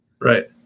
Right